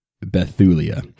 Bethulia